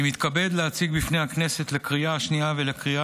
אני מתכבד להציג בפני הכנסת לקריאה השנייה ולקריאה